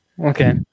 Okay